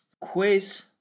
quiz